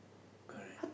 correct